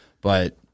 But-